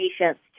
patients